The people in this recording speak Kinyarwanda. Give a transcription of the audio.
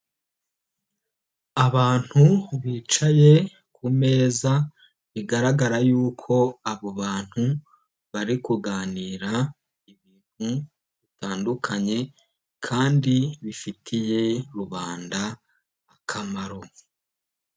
Abantu bicaye ku meza bigaragara yuko abo bantu bari kuganira ibintu bitandukanye kandi bifitiye rubanda akamaro.